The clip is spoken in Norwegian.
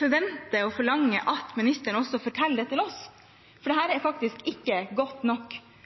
forventer og forlanger at ministeren også forteller det til oss, for dette er faktisk ikke godt nok.